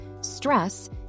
stress